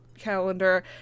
calendar